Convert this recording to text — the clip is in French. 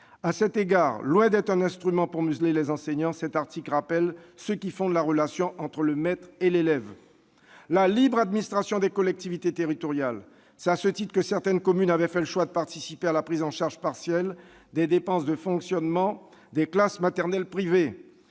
À cet égard, loin d'être un instrument pour museler les enseignants, cet article rappelle ce qui fonde la relation entre le maître et l'élève. Deuxième principe : la libre administration des collectivités territoriales. C'est à ce titre que certaines communes avaient fait le choix de participer à la prise en charge partielle des dépenses de fonctionnement des classes maternelles privées,